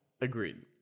Agreed